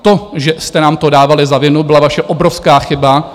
To, že jste nám to dávali za vinu, byla vaše obrovská chyba.